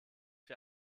wir